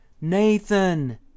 Nathan